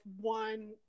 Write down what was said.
one